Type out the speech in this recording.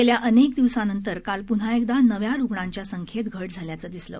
गेल्या अनेक दिवसांनंतर काल प्न्हा एकदा नव्या रुग्णांच्या संख्येत घट झाल्याचं दिसलं